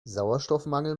sauerstoffmangel